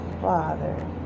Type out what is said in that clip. Father